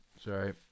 Sorry